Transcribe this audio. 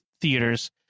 theaters